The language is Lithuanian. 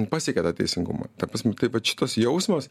pasiekė tą teisingumą ta prasme kaip vat šitas jausmas